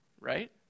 Right